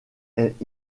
est